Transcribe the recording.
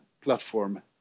platform